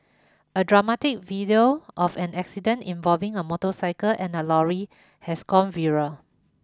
a dramatic video of an accident involving a motorcycle and a lorry has gone viral